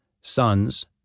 sons